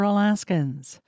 Alaskans